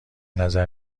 نظر